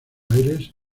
aires